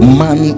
man